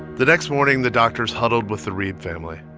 the next morning, the doctors huddled with the reeb family.